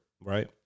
right